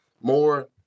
more